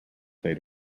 say